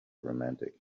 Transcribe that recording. romantic